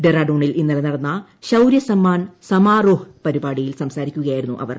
ഡെറാഡൂണിൽ ഇന്നലെ നടന്ന ശൌരൃ സമ്മാൻ സമാരോഹ് പരിപാടിയിൽ സംസാരിക്കുകയായിരുന്നു അവർ